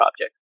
object